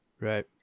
Right